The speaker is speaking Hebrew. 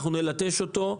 אנחנו נלטש אותו,